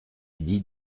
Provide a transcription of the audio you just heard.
dit